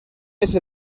ese